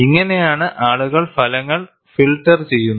ഇങ്ങനെയാണ് ആളുകൾ ഫലങ്ങൾ ഫിൽട്ടർ ചെയ്യുന്നത്